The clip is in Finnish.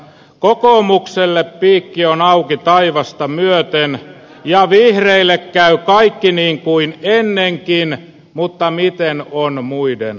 kokoomukselle piikki on auki taivasta myöten ja vihreille käy kaikki niin kuin ennenkin mutta miten on muiden laita